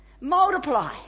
multiply